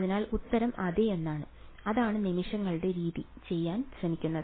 അതിനാൽ ഉത്തരം അതെ എന്നാണ് അതാണ് നിമിഷങ്ങളുടെ രീതി ചെയ്യാൻ ശ്രമിക്കുന്നത്